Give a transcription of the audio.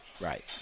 Right